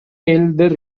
элдер